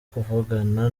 kuvugana